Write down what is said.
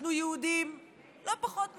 אנחנו יהודים לא פחות מכם.